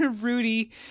Rudy